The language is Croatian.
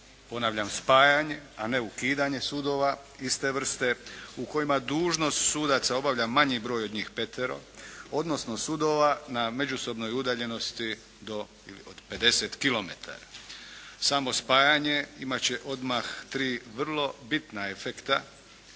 ponavljam spajanje, a ne ukidanje sudova iste vrste u kojima dužnost sudaca obavlja manji broj od njih petero, odnosno sudova na međusobnoj udaljenosti do ili od 50 kilometara. Samo spajanje imat će odmah tri vrlo bitna efekta.